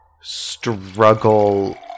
struggle